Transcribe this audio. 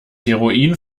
heroin